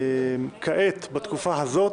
כעת בתקופה הזאת,